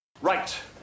Right